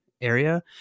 area